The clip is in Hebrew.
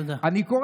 קורא